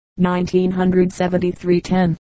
1973-10